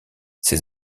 ses